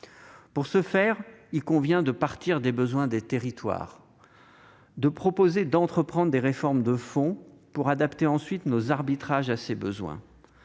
Pour ce faire, il convient de partir des besoins des territoires, de proposer d'entreprendre des réformes de fond, pour adapter ensuite nos arbitrages. À cet égard,